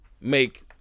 make